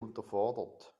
unterfordert